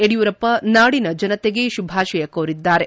ಯಡಿಯೂರಪ್ಪ ನಾಡಿನ ಜನತೆಗೆ ಶುಭಾಶಯ ಕೋರಿದ್ದಾರೆ